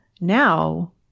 now